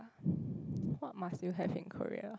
what must you have in Korea